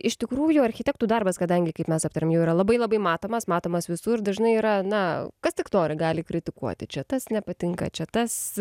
iš tikrųjų architektų darbas kadangi kaip mes aptarėm jau yra labai labai matomas matomas visur dažnai yra na kas tik nori gali kritikuoti čia tas nepatinka čia tas